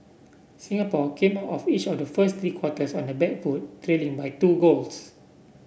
Singapore came out of each of the first three quarters on the back foot trailing by two goals